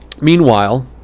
Meanwhile